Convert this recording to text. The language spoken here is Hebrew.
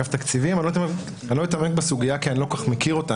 אני לא אתעמק בסוגיה כי אני לא מכיר אותה,